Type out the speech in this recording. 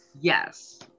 Yes